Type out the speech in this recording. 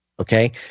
Okay